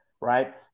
right